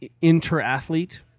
inter-athlete